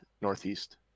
northeast